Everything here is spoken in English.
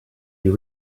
you